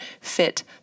fit